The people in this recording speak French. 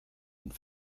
une